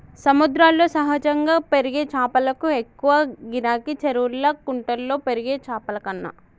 సముద్రాల్లో సహజంగా పెరిగే చాపలకు ఎక్కువ గిరాకీ, చెరువుల్లా కుంటల్లో పెరిగే చాపలకన్నా